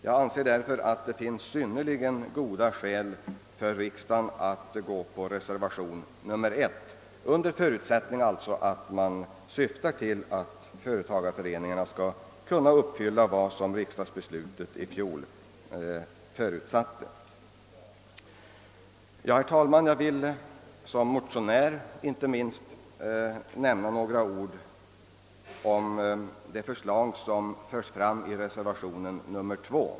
Jag anser därför att det finns synnerligen goda skäl för riksdagen att bifalla reservationen 1, såvida man syftar till att företagareföreningarna skall kunna uppfylla dessa föresatser. Herr talman! Jag vill inte minst som motionär nämna några ord om det förslag som förs fram i reservation 2.